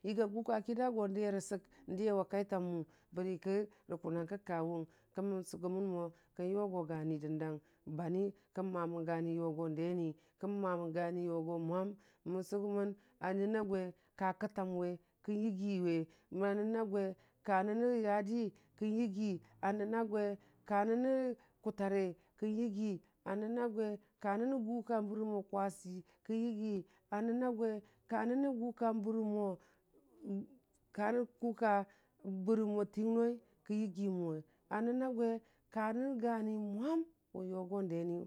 yiya gʊka ki da yo dəye rə sək, dəye wa kaitan mʊ, bərə ki rə kʊnung kə kawʊng kəmən sʊgʊmən mo kən yʊgo gani dəndang bani, kən mamən guni deni kən mamən yani yʊgo mwam, mən sʊgʊmən a nən sa gwe ka kətamwe kən yigiwe, a nən a gwe ka nənə kutare kən yigi, a nən agwa ka nənə gʊka bərəmo kwasi kən yigi, a nən a gwe ka nənə gʊka bərə mo karə gʊka bərə mo Tingnoi kənyigi mənwe, a nəna gwe karə gani mwam wən yʊgo deniyʊ.